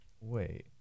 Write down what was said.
Wait